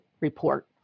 report